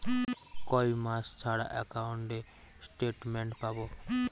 কয় মাস ছাড়া একাউন্টে স্টেটমেন্ট পাব?